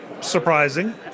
surprising